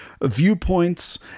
viewpoints